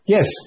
Yes